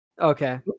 Okay